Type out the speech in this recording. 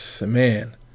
man